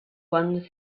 one